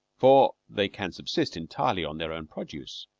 for they can subsist entirely on their own produce.